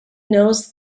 knows